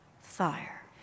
Fire